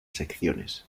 secciones